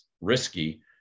risky